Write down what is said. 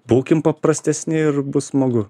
būkim paprastesni ir bus smagu